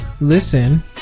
listen